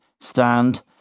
stand